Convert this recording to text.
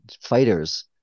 fighters